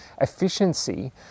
efficiency